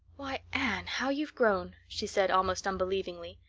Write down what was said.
why, anne, how you've grown! she said, almost unbelievingly.